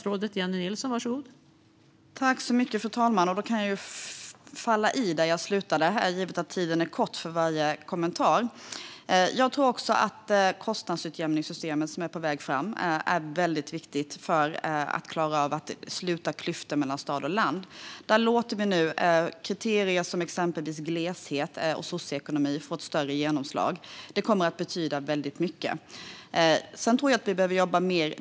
Fru talman! Jag tar vid där jag slutade eftersom tiden för varje inlägg är kort. Jag tror också att kostnadsutjämningssystemet, som är på väg fram, är väldigt viktigt för att vi ska klara att sluta klyftor mellan stad och land. Där låter vi nu kriterier som exempelvis gleshet och socioekonomi få ett större genomslag. Detta kommer att betyda väldigt mycket.